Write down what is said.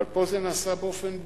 אבל, פה זה נעשה באופן ברוטלי.